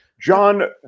John